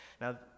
Now